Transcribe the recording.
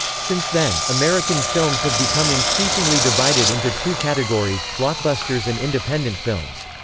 since then, american films have become increasingly divided into two categories blockbusters and independent films.